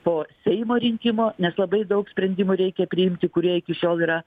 po seimo rinkimo nes labai daug sprendimų reikia priimti kurie iki šiol yra